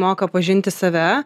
moka pažinti save